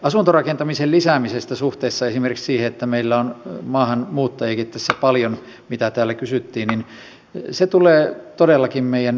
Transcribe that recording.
asuntorakentamisen lisääminen suhteessa esimerkiksi siihen että meillä on maahanmuuttajiakin paljon mistä täällä kysyttiin tulee todellakin meidän eteemme